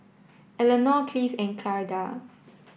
Elenor Cleave and Charla